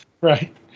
right